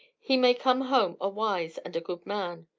he may come home a wise and a good man.